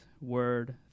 word